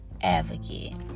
advocate